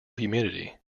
humidity